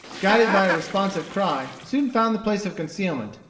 guided by a responsive cry, soon found the place of concealment,